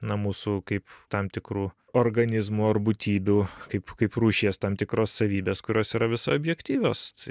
na mūsų kaip tam tikrų organizmų ar būtybių kaip kaip rūšies tam tikros savybės kurios yra visai objektyvios tai